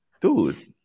dude